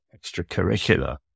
extracurricular